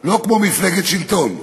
לא כמו מפלגת שלטון.